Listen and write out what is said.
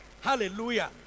Hallelujah